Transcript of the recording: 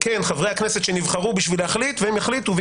כן, חברי הכנסת נבחרו בשביל להחליט, והם יחליטו.